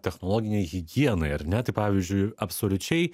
technologinei higienai ar ne tai pavyzdžiui absoliučiai